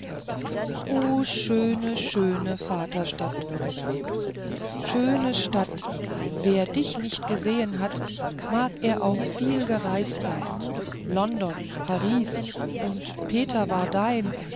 o schöne schöne vaterstadt nürnberg schöne stadt wer dich nicht gesehen hat mag er auch viel gereist sein nach london paris und peterwardein ist